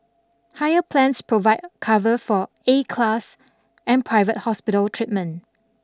higher plans provide cover for A class and private hospital treatment